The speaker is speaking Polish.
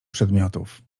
przedmiotów